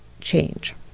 change